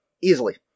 Easily